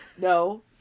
no